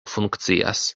funkcias